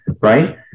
right